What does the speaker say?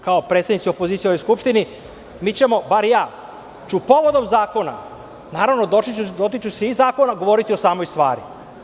Kao predsednici opozicije u ovoj skupštini mi ćemo, bar ja ću povodom zakona, naravno dotičućise i zakona, govoriti o samoj stvari.